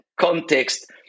context